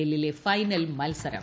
എല്ലിലെ final മത്സരം